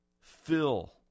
fill